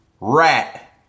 Rat